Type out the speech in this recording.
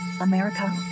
America